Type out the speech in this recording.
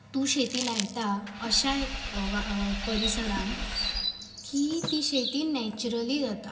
तूं शेती लायता अशा परिसरांत की ती शेती नॅचरली जाता